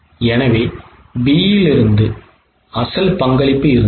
எனவே B இலிருந்து அசல் பங்களிப்பு இருந்தது